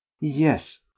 yes